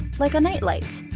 like a night light.